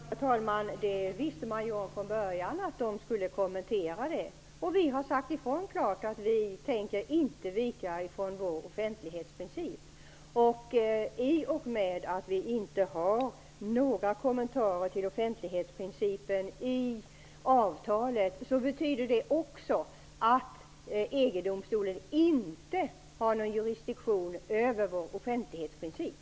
Herr talman! Man visste från början att EU skulle komma med en kommentar. Vi sade klart ifrån att vi inte tänker vika ifrån vår offentlighetsprincip. Vi har inte några kommentarer till offentlighetsprincipen i avtalet. Det betyder att EG-domstolen inte har någon jurisdiktion över vår offentlighetsprincip.